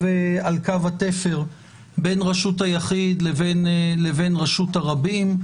התפר בין רשות היחיד לבין רשות הרבים.